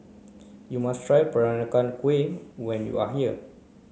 you must try Peranakan Kueh when you are here